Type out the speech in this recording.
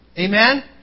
Amen